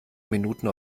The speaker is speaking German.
minuten